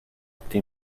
atti